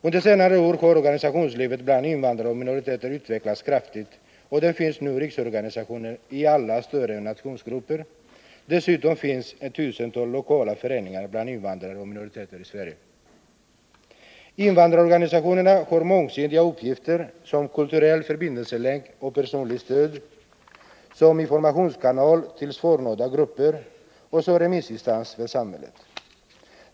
Under senare år har organisationslivet bland invandrare och minoriteter utvecklats kraftigt, och det finns nu riksorganisationer i alla större nationsgrupper. Dessutom finns ett tusental lokala föreningar bland invandrare och minoriteter i Sverige. Invandrarorganisationerna har mångsidiga uppgifter som kulturell förbindelselänk och personligt stöd, som informationskanal till svårnådda grupper och som remissinstans för samhället.